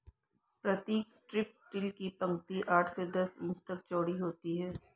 प्रतीक strip till की पंक्ति आठ से दस इंच तक चौड़ी होती है